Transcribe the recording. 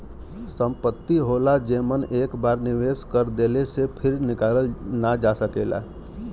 संपत्ति होला जेमन एक बार निवेस कर देले से फिर निकालल ना जा सकेला